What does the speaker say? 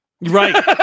right